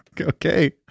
okay